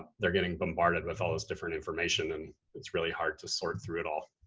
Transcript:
they're getting bombarded with all this different information and it's really hard to sort through it all.